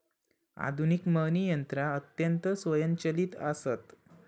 आधुनिक मळणी यंत्रा अत्यंत स्वयंचलित आसत